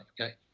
Okay